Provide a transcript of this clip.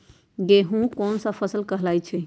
गेहूँ कोन सा फसल कहलाई छई?